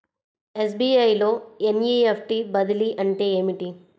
SBI లో NEFT బదిలీ అంటే ఏమిటి?